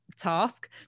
task